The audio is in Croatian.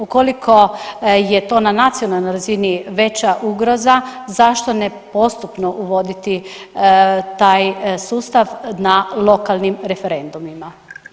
Ukoliko je to na nacionalnoj razini veća ugroza zašto ne postupno uvoditi taj sustav na lokalnim referendumima.